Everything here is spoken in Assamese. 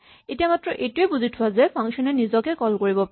এতিয়া মাত্ৰ এইটোৱেই বুজি থোৱা যে ফাংচন এ নিজকে কল কৰিব পাৰে